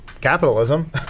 capitalism